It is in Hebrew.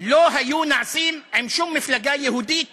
לא היו נעשים עם שום מפלגה יהודית